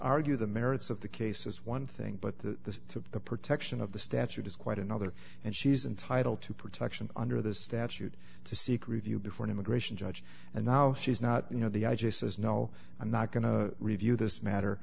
argue the merits of the case is one thing but the protection of the statute is quite another and she's entitled to protection under the statute to seek review before an immigration judge and now she's not you know the i just says no i'm not going to review this matter